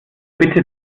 bitte